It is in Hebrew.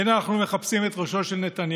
הינה, אנחנו מחפשים את ראשו של נתניהו.